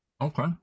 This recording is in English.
Okay